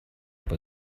bei